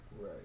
Right